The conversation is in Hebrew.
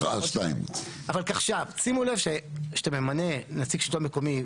שימו לב שכשאתה ממנה נציג שלטון מקומי,